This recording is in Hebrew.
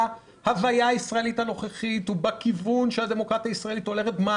בהוויה הישראלית הנוכחית ובכיוון שהדמוקרטיה הישראלית הולכת אליו,